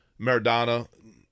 Maradona